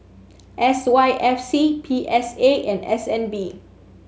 S Y F C P S A and S N B